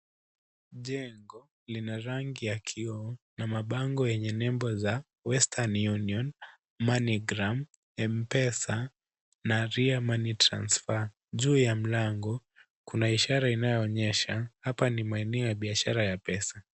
Jengo lina rangi ya kioo na mabango yenye nembo za Western Union, Moneygram , M-Pesa na Ria Money Transfer . Juu ya mlango kuna ishara inayoonyesha hapa ni maeneo ya biashara ya pesa.